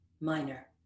Minor